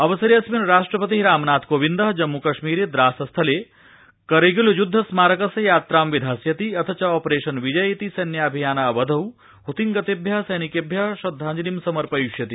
अवसरक्रिमन् राष्ट्रपति रामनाथकोविन्द जम्मू कश्मीर ब्रांस स्थल क्विरगिल युद्ध स्मारकस्य यात्रा विधास्यति अथ च ऑपरध्मि विजय इति सैन्याभियानावधौ हुतिंगत्व्यि सैनिक्खि श्रद्धांजलिं समर्पयिष्यति